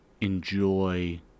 enjoy